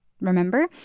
remember